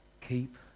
Keep